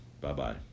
Bye-bye